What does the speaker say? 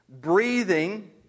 breathing